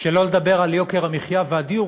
שלא לדבר על יוקר המחיה והדיור,